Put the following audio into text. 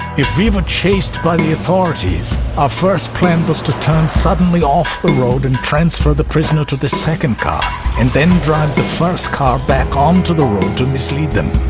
if we were chased by the authorities, our first plan was to turn suddenly off the road and transfer the prisoner to the second car and then drive the first car back onto the road to mislead them.